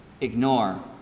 ignore